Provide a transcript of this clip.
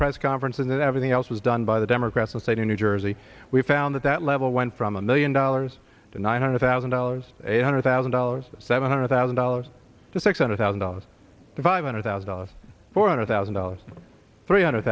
press conference and everything else was done by the democrats and say to new jersey we found that that level went from a million dollars to nine hundred thousand dollars eight hundred thousand dollars seven hundred thousand dollars to six hundred thousand dollars to five hundred thousand dollars four hundred thousand dollars three hundred